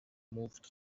moved